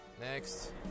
Next